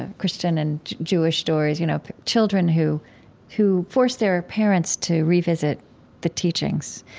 and christian and jewish stories, you know children who who force their parents to revisit the teachings.